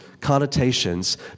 connotations